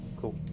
cool